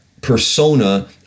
persona